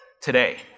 today